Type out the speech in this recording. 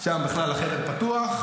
שם בכלל החדר פתוח.